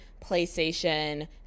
PlayStation